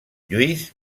lluís